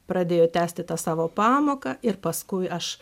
pradėjo tęsti tą savo pamoką ir paskui aš